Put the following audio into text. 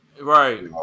right